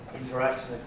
interaction